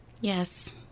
Yes